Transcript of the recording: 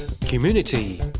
Community